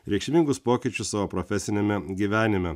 reikšmingus pokyčius savo profesiniame gyvenime